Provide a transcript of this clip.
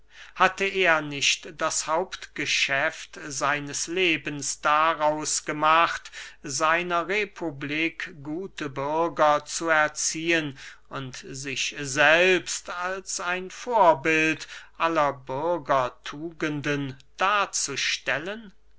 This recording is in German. hatte er nicht das hauptgeschäft seines lebens daraus gemacht seiner republik gute bürger zu erziehen und sich selbst als ein vorbild aller bürgertugenden darzustellen